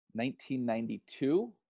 1992